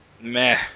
Meh